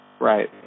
Right